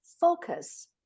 focus